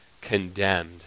condemned